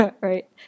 right